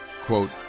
quote